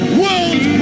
world